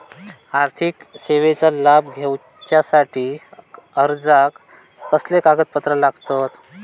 आर्थिक सेवेचो लाभ घेवच्यासाठी अर्जाक कसले कागदपत्र लागतत?